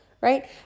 right